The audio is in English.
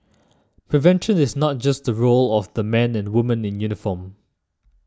prevention is not just the role of the men and women in uniform